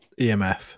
emf